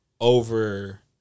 over